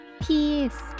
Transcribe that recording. Peace